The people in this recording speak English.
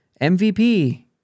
MVP